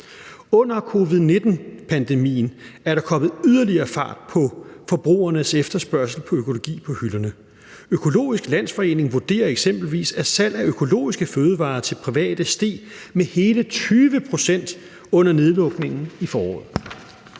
Under covid-19-pandemien er der kommet yderligere fart på forbrugernes efterspørgsel efter økologi på hylderne. Økologisk Landsforening vurderer eksempelvis, at salg af økologiske fødevarer til private steg med hele 20 pct. under nedlukningen i foråret.